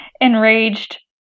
Enraged